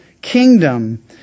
kingdom